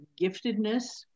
giftedness